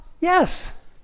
Yes